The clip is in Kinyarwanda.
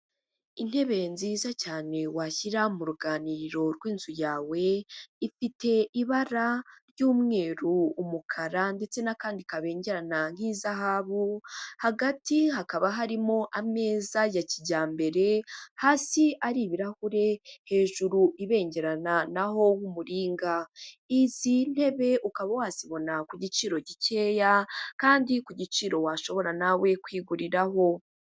Intebe nziza cyane washyira mu ruganiriro rw'inzu yawe, ifite ibara ry'umweru, umukara, ndetse n'akandi kabengerana nk'izahabu, hagati hakaba harimo ameza ya kijyambere hasi ari ibirahure hejuru ibengerana naho nk'umuringa, izi ntebe ukaba wazibona ku giciro gikeya kandi ku giciro washobora nawe kwiguriraho.